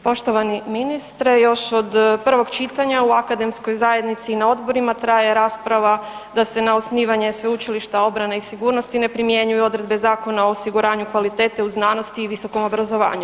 Poštovani ministre još od prvog čitanja u akademskoj zajednici i na odborima traje rasprava da se na osnivanje Sveučilišta obrane i sigurnosti ne primjenjuju odredbe Zakona o osiguranju kvalitete u znanosti i visokom obrazovanju.